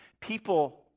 People